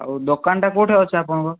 ହଉ ଦୋକାନଟା କେଉଁଠି ଅଛି ଆପଣଙ୍କ